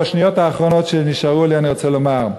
בשניות האחרונות שנשארו לי אני רוצה לומר: